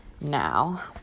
now